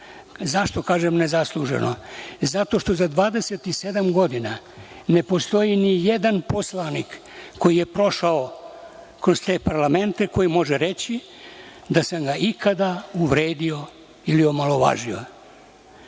Zašto kažem nezasluženo? Zato što za 27 godina ne postoji nijedan poslanik koji je prošao kroz te parlamente, koji može reći da sam ga ikada uvredio ili omalovažio.